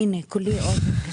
הנה, כולי אוזן.